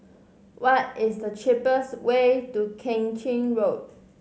what is the cheapest way to Keng Chin Road